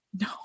No